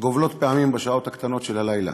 הגובלות פעמים בשעות הקטנות של הלילה.